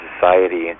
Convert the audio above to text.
Society